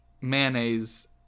mayonnaise